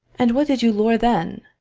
and what did you lure then?